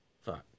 fuck